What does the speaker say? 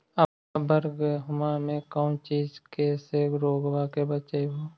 अबर गेहुमा मे कौन चीज के से रोग्बा के बचयभो?